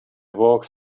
walk